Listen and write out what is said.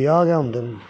ब्याह् गै होंदे न